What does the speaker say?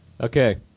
Okay